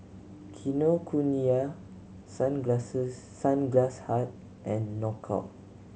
Kinokuniya Sunglass Hut and Knockout